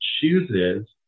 chooses